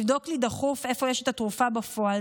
תבדוק לי דחוף איפה יש את התרופה בפועל,